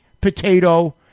potato